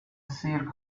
سیر